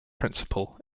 principle